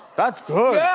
that's good!